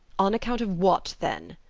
on account of what, then?